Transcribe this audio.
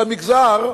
המגזר,